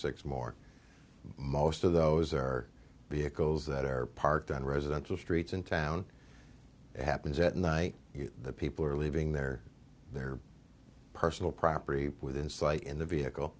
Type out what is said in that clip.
six more most of those are bickles that are parked on residential streets in town it happens at night the people are leaving their their personal property within sight in the vehicle